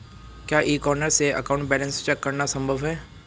क्या e corner से account balance check करना संभव है?